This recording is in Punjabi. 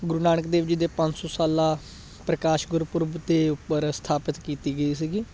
ਗੁਰੂ ਨਾਨਕ ਦੇਵ ਜੀ ਦੇ ਪੰਜ ਸੌ ਸਾਲਾ ਪ੍ਰਕਾਸ਼ ਗੁਰਪੁਰਬ 'ਤੇ ਉੱਪਰ ਸਥਾਪਿਤ ਕੀਤੀ ਗਈ ਸੀਗੀ